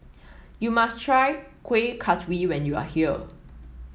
you must try Kuih Kaswi when you are here